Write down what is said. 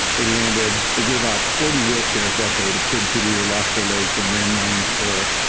they landed, they gave out forty wheelchairs that day to kids who'd either lost their legs and land mines or